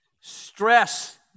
stress